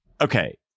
okay